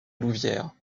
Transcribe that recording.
louvière